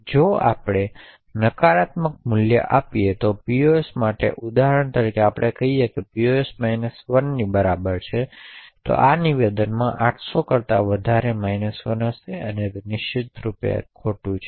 જો આપણે નકારાત્મક મૂલ્ય આપીએ pos માટે ઉદાહરણ તરીકે આપણે કહી શકીએ કે pos 1 ની બરાબર છે તો આ જો નિવેદનમાં 800 કરતા વધારે 1 હશે અને નિશ્ચિતરૂપે આ નિવેદન ખોટું હશે